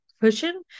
cushion